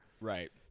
Right